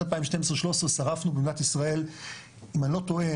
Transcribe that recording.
2012-2013 שרפנו במדינת ישראל אם אני לא טועה,